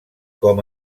com